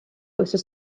wythnos